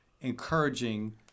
encouraging